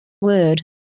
word